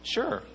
Sure